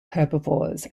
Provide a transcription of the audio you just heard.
herbivores